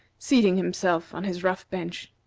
seating himself on his rough bench.